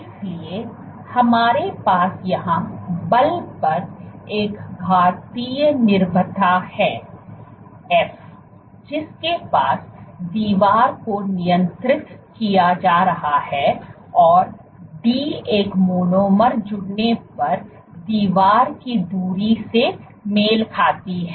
इसलिए हमारे पास यहां बलपर एक घातीय निर्भरता है f जिसके साथ दीवार को नियंत्रित किया जा रहा है और डी एक मोनोमर जुड़ने पर दीवार की दूरी से मेल खाती है